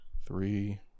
Three